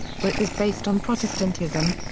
for it was based on protestantism,